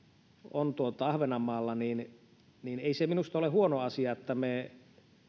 on ahvenanmaalla niin niin ei se minusta ole huono asia että me